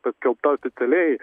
paskelbta oficialiai